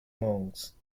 monks